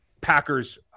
Packers